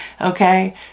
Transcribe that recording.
Okay